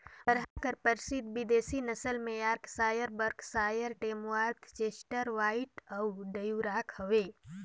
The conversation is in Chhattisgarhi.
बरहा कर परसिद्ध बिदेसी नसल में Yorkshire, Berkshire, Tamworth, Chester White अउ ड्यूरॉक हवे